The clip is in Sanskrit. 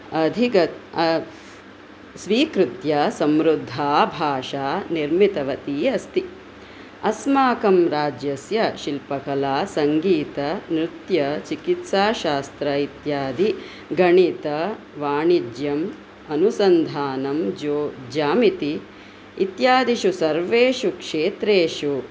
अधिकं स्वीकृत्य समृद्धा भाषा निर्मितवती अस्ति अस्माकं राज्यस्य शिल्पकला सङ्गीत नृत्य चिकित्साशास्त्र इत्यादि गणित वाणिज्यम् अनुसन्धानं जो ज्यामिति इत्यादिषु सर्वेषु क्षेत्रेषु